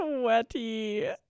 sweaty